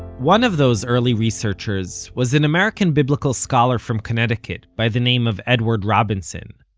one of those early researchers was an american biblical scholar from connecticut by the name of edward robinson.